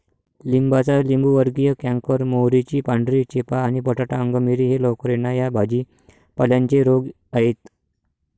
लिंबाचा लिंबूवर्गीय कॅन्कर, मोहरीची पांढरी चेपा आणि बटाटा अंगमेरी हे लवकर येणा या भाजी पाल्यांचे रोग आहेत